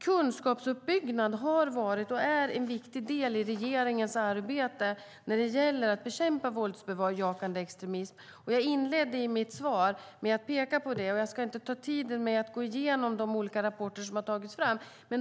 Kunskapsuppbyggnad har varit och är en viktig del i regeringens arbete när det gäller att bekämpa våldsbejakande extremism. Jag inledde mitt svar med att peka på detta, och jag ska inte ta upp tid med att gå igenom de olika rapporter som har tagits fram.